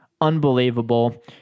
Unbelievable